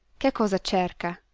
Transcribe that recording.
che cosa cerca,